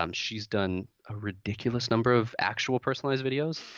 um she's done a ridiculous number of actual personalized videos.